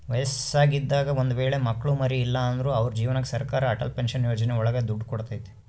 ವಯಸ್ಸಾಗಿದಾಗ ಒಂದ್ ವೇಳೆ ಮಕ್ಳು ಮರಿ ಇಲ್ಲ ಅಂದ್ರು ಅವ್ರ ಜೀವನಕ್ಕೆ ಸರಕಾರ ಅಟಲ್ ಪೆನ್ಶನ್ ಯೋಜನೆ ಒಳಗ ದುಡ್ಡು ಕೊಡ್ತೈತಿ